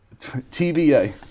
TBA